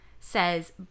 says